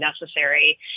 necessary